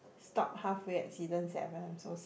stop halfway at season seven I'm so sad